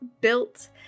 built